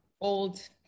old